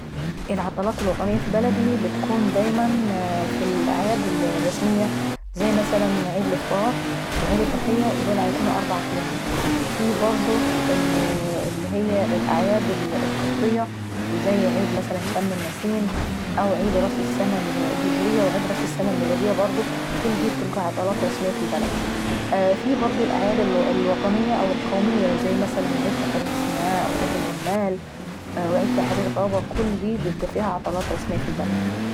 العطلات الوطنية في بلدي بتكون دايما في الأعياد الرسمية زي مثلا عيد الافاطار وعيد الضحية ودول بيكونوا اربعتيام. وفي برضه الأعياد القبطية زي عيد شم النسيم وعيد راس السنة الهجرية وعيد راس السنة الميلادية برضه. كل دي بتبقي عطلات رسمية في البلد. وفي برضه اللاعياد الوطنية او القومية زي مثلا عيد تحرير سيناء، وعيد العمال وعيد تحرير طابا. كل دي بتبقي عطلات رسمية في البلد.